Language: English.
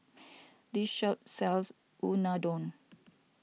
this shop sells Unadon